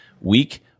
week